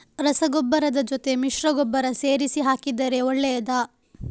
ರಸಗೊಬ್ಬರದ ಜೊತೆ ಮಿಶ್ರ ಗೊಬ್ಬರ ಸೇರಿಸಿ ಹಾಕಿದರೆ ಒಳ್ಳೆಯದಾ?